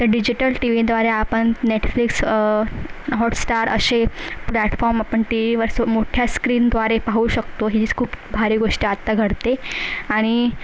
इथं डिजिटल टीवीद्वारे आपण नेटफ्लिक्स हॉटस्टार असे प्लॅटफॉम आपण टीवीवर सो मोठ्या स्क्रीनद्वारे पाहू शकतो हीच खूप भारी गोष्ट आत्ता घडते आणि